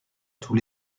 tous